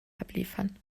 abliefern